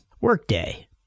Workday